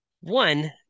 one